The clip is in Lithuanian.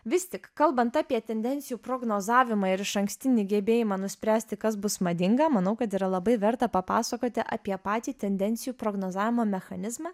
vis tik kalbant apie tendencijų prognozavimą ir išankstinį gebėjimą nuspręsti kas bus madinga manau kad yra labai verta papasakoti apie patį tendencijų prognozavimo mechanizmą